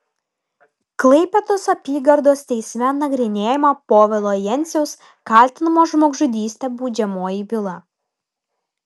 klaipėdos apygardos teisme nagrinėjama povilo jenciaus kaltinamo žmogžudyste baudžiamoji byla